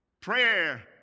Prayer